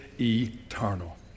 eternal